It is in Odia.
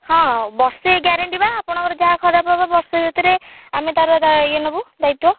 ହଁ ବର୍ଷେ ଗ୍ୟାରେଣ୍ଟି ବା ଆପଣଙ୍କର ଯାହା ଖରାପ ହବ ବର୍ଷେ ଭିତେରେ ଆମେ ତା'ର ଇଏ ନବୁ ଦାୟିତ୍ଵ